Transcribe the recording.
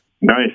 Nice